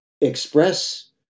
express